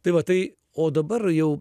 tai va tai o dabar jau